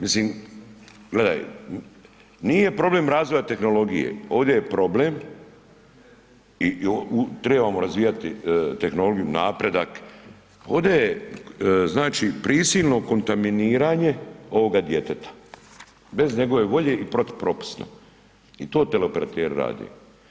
Mislim, gledaj, nije problem razvoja tehnologije, ovdje je problem, i trebamo razvijati tehnologiju, napredak, ovdje je, znači, prisilno kontaminiranje ovoga djeteta bez njegove volje, i protupropisno, i to teleoperateri rade.